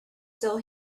still